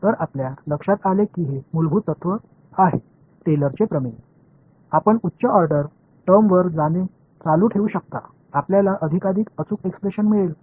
तर आपल्या लक्षात आले की हे मूलभूत तत्त्व आहे टेलरचे प्रमेय आपण उच्च ऑर्डर टर्मवर जाणे चालू ठेवू शकता आपल्याला अधिकाधिक अचूक एक्सप्रेशन मिळेल